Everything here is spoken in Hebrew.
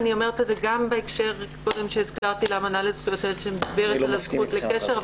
לכן הזכרתי קודם את האמנה לזכויות הילד שמדברת על הזכות לקשר,